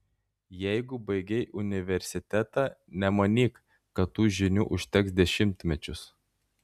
jeigu baigei universitetą nemanyk kad tų žinių užteks dešimtmečius